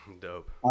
dope